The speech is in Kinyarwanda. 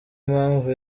impamvu